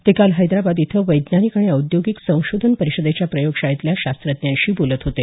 ते काल हैदराबाद इथं वैज्ञानिक आणि औद्योगिक संशोधन परिषदेच्या प्रयोगशाळेतल्या शास्त्रज्ञांशी बोलत होते